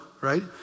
right